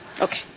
Okay